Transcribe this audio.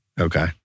Okay